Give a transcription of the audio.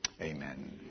Amen